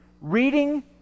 reading